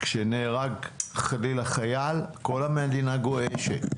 כשנהרג חלילה חייל, כל המדינה גועשת.